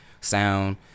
sound